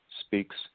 speaks